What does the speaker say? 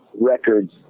records